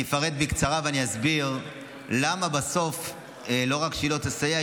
אני אפרט בקצרה ואני אסביר למה בסוף לא רק שהיא לא תסייע,